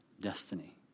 destiny